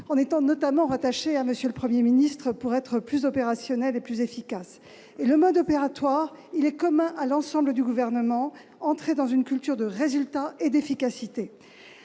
notamment est rattachée à M. le Premier ministre pour être plus opérationnelle et plus efficace. Le mode opératoire est commun à l'ensemble du Gouvernement : entrer dans une culture de résultats et d'efficacité.